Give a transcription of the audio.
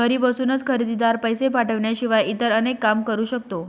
घरी बसूनच खरेदीदार, पैसे पाठवण्याशिवाय इतर अनेक काम करू शकतो